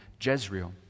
Jezreel